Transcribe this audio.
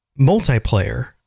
Multiplayer